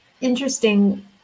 interesting